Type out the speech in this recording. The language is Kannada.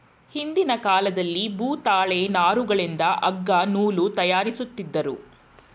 ಹಿಂದಿನ ಕಾಲದಲ್ಲಿ ಭೂತಾಳೆ ನಾರುಗಳಿಂದ ಅಗ್ಗ ನೂಲು ತಯಾರಿಸುತ್ತಿದ್ದರು